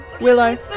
Willow